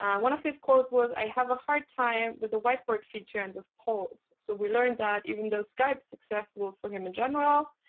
one of his quotes was, i have a hard time with the whiteboard feature and with polls. so we learned that even though skype's successful for him in general,